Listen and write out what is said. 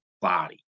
body